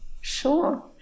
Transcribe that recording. Sure